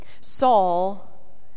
Saul